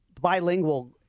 bilingual